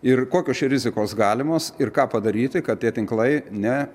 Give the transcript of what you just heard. ir kokios čia rizikos galimos ir ką padaryti kad tie tinklai ne